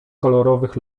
kolorowych